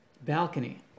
balcony